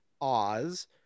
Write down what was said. Oz